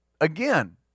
again